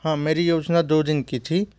हाँ मेरी योजना दो दिन की थी